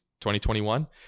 2021